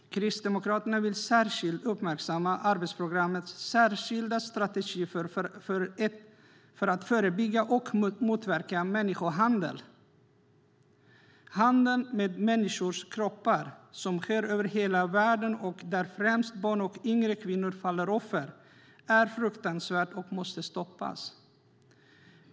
Kristdemokraterna vill speciellt uppmärksamma arbetsprogrammets särskilda strategi för att förebygga och motverka människohandel. Den handel med människors kroppar som sker över hela världen och där främst barn och yngre kvinnor faller offer är fruktansvärd och måste stoppas!